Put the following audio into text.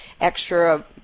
extra